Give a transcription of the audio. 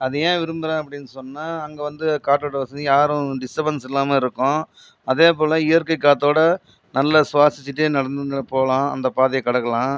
அதை ஏன் விரும்புகிறேன் அப்படின்னு சொன்னால் அங்கே வந்து காற்றோட்ட வசதி யாரும் டிஸ்ட்டபன்ஸ் இல்லாமல் இருக்கும் அதேபோல இயற்கை காற்றோட நல்லா சுவாசிச்சுட்டே நடந்துன்னு போகலாம் அந்த பாதையை கடக்கலாம்